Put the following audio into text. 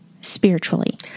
spiritually